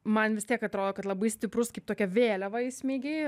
man vis tiek atrodo kad labai stiprus kaip tokią vėliavą įsmeigė